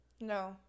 No